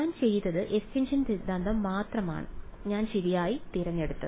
ഞാൻ ചെയ്തത് എസ്റ്റിൻഷൻ സിദ്ധാന്തം മാത്രമാണ് ഞാൻ ശരിയായി തിരഞ്ഞെടുത്തത്